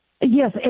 Yes